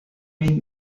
mean